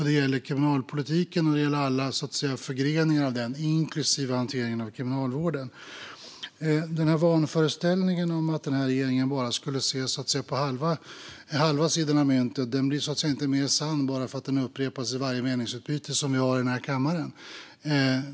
Det gäller kriminalpolitiken och alla förgreningar av den, inklusive hanteringen av Kriminalvården. Vanföreställningen att den här regeringen bara skulle se på ena sidan av myntet blir inte mer sann bara för att den upprepas i varje meningsutbyte vi har i denna kammare.